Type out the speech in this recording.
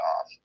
off